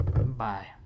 Bye